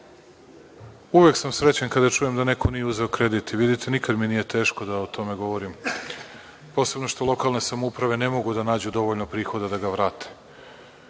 uvek sam srećan kada čujem da neko nije uzeo kredit i vidite nikad mi nije teško da o tome govorim, posebno što lokalne samouprave ne mogu da nađu dovoljno prihoda da ga vrate. Ono